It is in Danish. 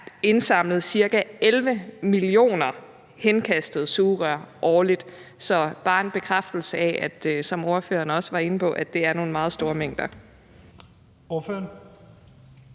indsamlet ca. 11 millioner henkastede sugerør. Så det er bare en bekræftelse af, at det, som ordføreren også var inde på, er nogle meget store mængder. Kl.